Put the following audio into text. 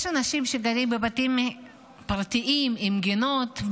יש אנשים שגרים בבתים פרטיים עם גינות,